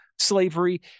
slavery